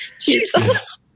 Jesus